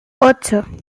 ocho